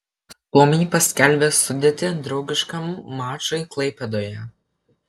suomiai paskelbė sudėtį draugiškam mačui klaipėdoje